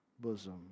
bosom